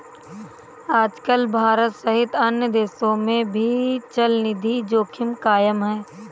आजकल भारत सहित अन्य देशों में भी चलनिधि जोखिम कायम है